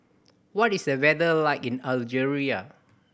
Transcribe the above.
what is the weather like in Algeria